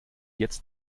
jetzt